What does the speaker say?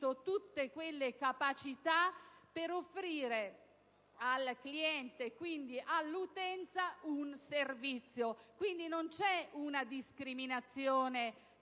tutte quelle capacità per offrire al cliente, quindi all'utenza, un servizio. Non c'è una discriminazione